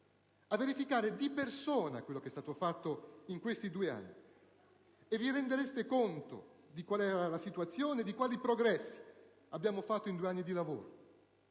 a verificare di persona quello che è stato fatto in questi due anni: vi rendereste conto di quali progressi abbiamo fatto in due anni di lavoro